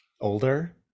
older